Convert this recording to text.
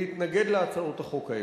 להתנגד להצעות החוק האלה.